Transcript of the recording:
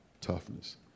toughness